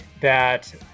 that-